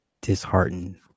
disheartened